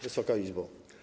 Wysoka Izbo!